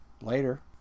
Later